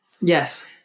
Yes